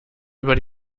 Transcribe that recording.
über